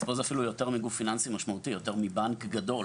אז פה זה אפילו יותר מגוף פיננסי משמעותי; יותר מבנק גדול.